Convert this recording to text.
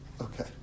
okay